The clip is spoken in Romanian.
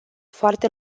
foarte